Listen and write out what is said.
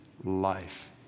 life